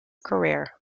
career